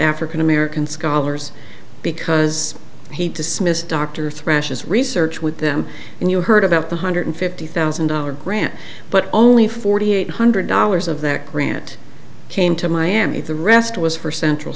african american scholars because he dismissed dr thrashes research with them and you heard about the hundred fifty thousand dollar grant but only forty eight hundred dollars of that grant came to miami the rest was for central